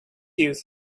youth